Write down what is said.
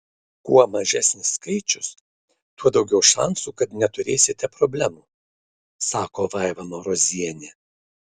kuo mažesnis skaičius tuo daugiau šansų kad neturėsite problemų sako vaiva marozienė